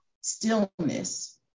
stillness